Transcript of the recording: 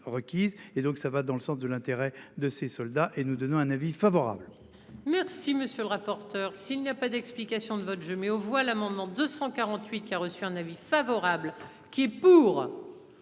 et donc ça va dans le sens de l'intérêt de ces soldats et nous donnons un avis favorable.